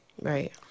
Right